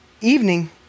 evening